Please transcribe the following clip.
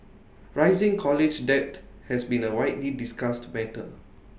rising college debt has been A widely discussed matter